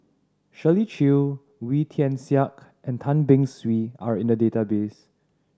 Shirley Chew Wee Tian Siak and Tan Beng Swee are in the database